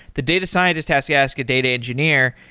the data scientist has to ask a data engineer,